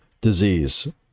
disease